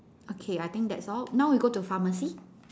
okay I think that's all now we go to pharmacy